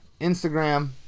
Instagram